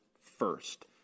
first